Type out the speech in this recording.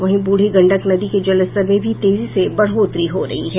वहीं बूढ़ी गंडक नदी के जलस्तर में भी तेजी से बढ़ोतरी हो रही है